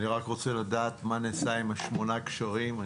רק רוצה לדעת מה נעשה עם שמונת הגשרים.